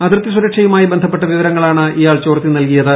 അതിർത്തി സുരക്ഷയുമായി ബന്ധപ്പെട്ട വിവരങ്ങളാണ് ഇയാൾ ചോർത്തി നൽകിയത്